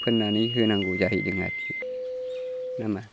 फोननानै होनांगौ जाहैदों आरोखि ना मा